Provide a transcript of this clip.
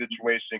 situation